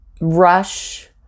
rush